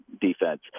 defense